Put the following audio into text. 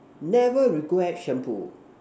never regret shampoo